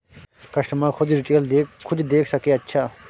customer खुद detail खुद देख सके अच्छा